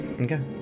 Okay